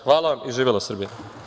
Hvala vam i živela Srbija.